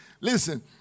Listen